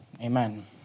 Amen